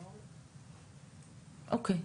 אוקיי.